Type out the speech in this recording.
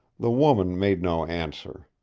the woman made no answer.